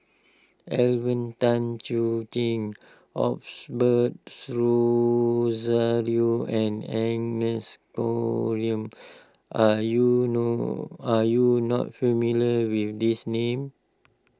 Alvin Tan Cheong Kheng Osbert Rozario and Agnes are you no are you not familiar with these names